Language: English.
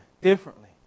differently